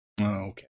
Okay